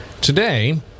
Today